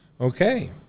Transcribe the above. Okay